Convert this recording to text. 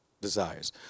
desires